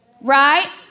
Right